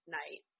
night